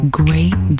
great